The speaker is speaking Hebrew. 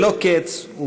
ללא קץ,